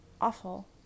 awful